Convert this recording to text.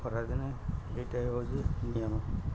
ଖରାଦିନେ ଏଇଟା ହେଉଛି ନିୟମ